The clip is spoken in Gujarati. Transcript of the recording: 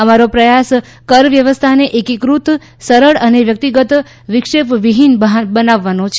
અમારો પ્રયાસ કર વ્યવસ્થાને એકીકૃત સરળ અને વ્યક્તિગત વિક્ષેપ વિફીન બનાવવાનો છે